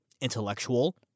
intellectual